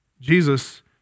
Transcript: Jesus